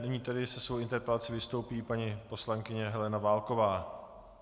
Nyní tedy se svou interpelací vystoupí paní poslankyně Helena Válková.